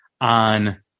on